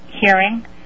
hearing